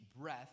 breath